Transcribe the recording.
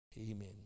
amen